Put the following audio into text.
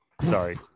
Sorry